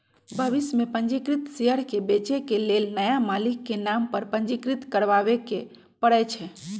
भविष में पंजीकृत शेयर के बेचे के लेल नया मालिक के नाम पर पंजीकृत करबाबेके परै छै